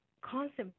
concept